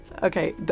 Okay